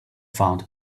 found